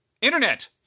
Internet